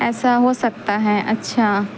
ایسا ہو سکتا ہے اچھا